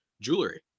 jewelry